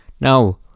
now